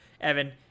Evan